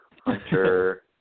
Hunter